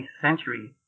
century